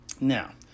Now